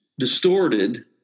distorted